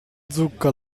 zucca